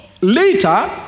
later